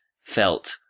felt